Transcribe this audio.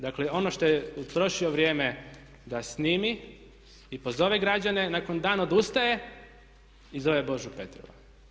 Dakle, ono što je utrošio vrijeme da snimi i pozove građane nakon dan odustaje i zove Božu Petrova.